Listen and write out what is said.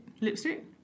Lipstick